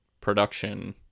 production